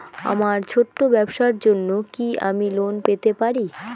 আমার ছোট্ট ব্যাবসার জন্য কি আমি লোন পেতে পারি?